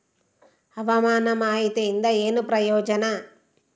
ಹವಾಮಾನ ಮಾಹಿತಿಯಿಂದ ಏನು ಪ್ರಯೋಜನ?